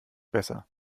besser